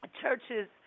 churches